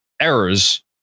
errors